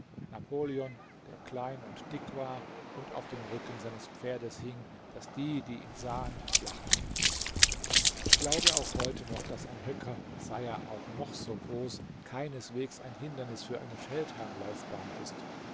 napoleon der klein und dick war und auf dem rücken seines pferdes hing daß die die ihn sahen lachten ich glaube auch heute noch daß ein höcker sei er auch noch so groß keineswegs ein hindernis für eine feldherrnlaufbahn ist